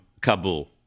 Kabul